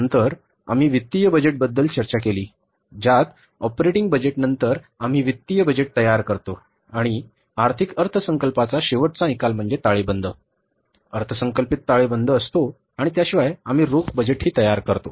नंतर आम्ही वित्तीय बजेटबद्दल चर्चा केली ज्यात ऑपरेटिंग बजेटनंतर आम्ही वित्तीय बजेट तयार करतो आणि आर्थिक अर्थसंकल्पाचा शेवटचा निकाल म्हणजे ताळेबंद अर्थसंकल्पित ताळेबंद असतो आणि त्याशिवाय आम्ही रोख बजेटही तयार करतो